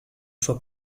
sua